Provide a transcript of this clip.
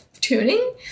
tuning